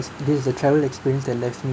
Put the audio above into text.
this the travel experience that left me